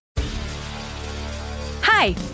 Hi